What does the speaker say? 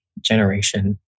generation